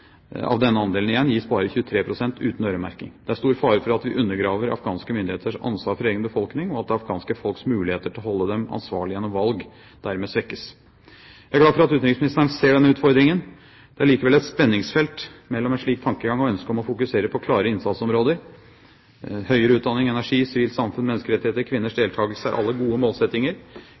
gis bare 23 pst. uten øremerking. Det er stor fare for at vi undergraver afghanske myndigheters ansvar for egen befolkning, og at det afghanske folks muligheter til å holde dem ansvarlige gjennom valg dermed svekkes. Jeg er glad for at utenriksministeren ser denne utfordringen. Det er likevel et spenningsfelt mellom en slik tankegang og ønsket om å fokusere på klare innsatsområder. Høyere utdanning, energi, sivilt samfunn, menneskerettigheter og kvinners deltakelse er alle gode målsettinger.